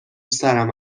سرم